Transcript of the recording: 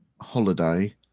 holiday